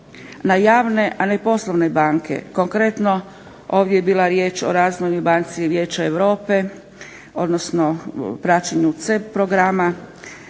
na javne, a ne poslovne banke. Konkretno ovdje je bila riječ o Razvojnoj banci Vijeća Europe, odnosno praćenju CERP programa,